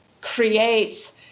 creates